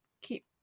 keep